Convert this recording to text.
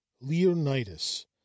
leonidas